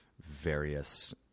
various